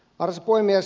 arvoisa puhemies